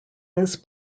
this